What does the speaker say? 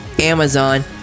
Amazon